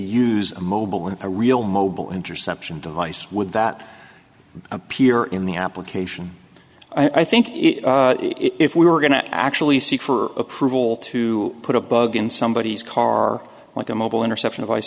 use a mobile in a real mobile interception device would that appear in the application i think if we were going to actually seek for approval to put a bug in somebodies car like a mobile interception of